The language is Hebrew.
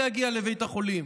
להגיע לבית החולים,